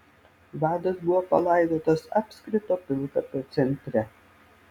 vadas buvo palaidotas apskrito pilkapio centre